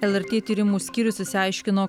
lrt tyrimų skyrius išsiaiškino